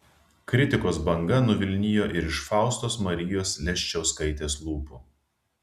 kritikos banga nuvilnijo ir iš faustos marijos leščiauskaitės lūpų